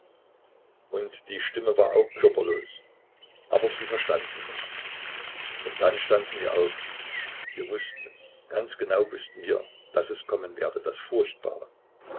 und die stimme war auch körperlos aber sie verstanden mich und dann standen wir auf wir wußten es ganz genau wußten wir daß es kommen werde das furchtbare